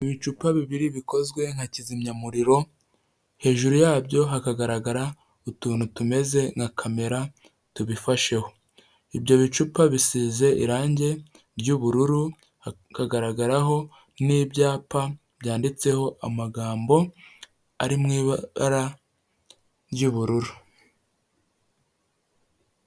Ibicupa bibiri bikozwe nka kizimyamuriro, hejuru yabyo hakagaragara utuntu tumeze nka kamera tubifasheho, ibyo bicupa bisize irange ry'ubururu hakagaragaraho n'ibyapa byanditseho amagambo ari mu ibara ry'ubururu.